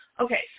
okay